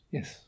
Yes